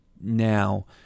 Now